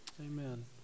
Amen